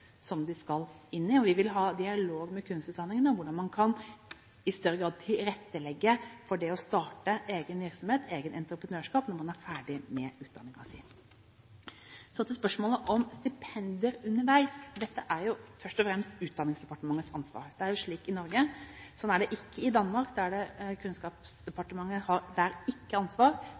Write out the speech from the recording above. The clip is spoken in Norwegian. de skal inn i. Vi vil ha dialog med kunstutdanningene om hvordan man i større grad kan tilrettelegge for det å starte egen virksomhet, eget entreprenørskap, når man er ferdig med sin utdanning. Så til spørsmålet om stipendier underveis. Dette er først og fremst Utdanningsdepartementets ansvar, det er jo slik i Norge. Sånn er det ikke i Danmark. Der har ikke Kunnskapsdepartementet ansvar for kunstutdanningene, der